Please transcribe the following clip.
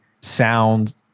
sound